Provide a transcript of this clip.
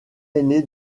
aîné